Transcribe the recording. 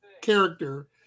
character